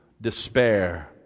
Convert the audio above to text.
despair